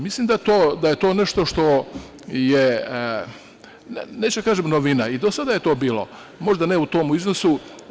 Mislim da je to nešto što je, neću da kažem novina, i do sada je to bilo, možda ne u tom iznosu.